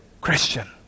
Christian